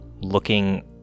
looking